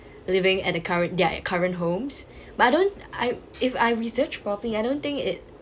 living at the current their current homes but I don't I if I researched properly I don't think it